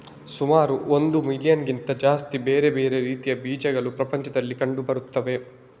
ಸುಮಾರು ಒಂದು ಮಿಲಿಯನ್ನಿಗಿಂತ ಜಾಸ್ತಿ ಬೇರೆ ಬೇರೆ ರೀತಿಯ ಬೀಜಗಳು ಪ್ರಪಂಚದಲ್ಲಿ ಕಂಡು ಬರ್ತವೆ